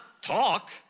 talk